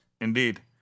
Indeed